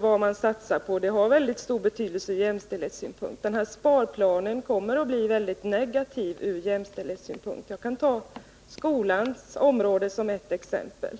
vad man satsar på har väldigt stor betydelse ur jämställdhetssynpunkt. Sparplanen kommer att få en väldigt negativ inverkan på jämställdheten. Vi kan ta skolans område som ett exempel.